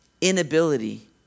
inability